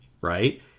right